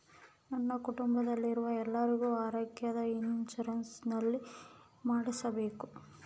ನನ್ನ ಕುಟುಂಬದಲ್ಲಿರುವ ಎಲ್ಲರಿಗೂ ಆರೋಗ್ಯದ ಇನ್ಶೂರೆನ್ಸ್ ಎಲ್ಲಿ ಮಾಡಿಸಬೇಕು?